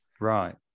right